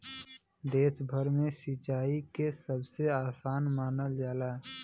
देश भर में सिंचाई के सबसे आसान मानल जाला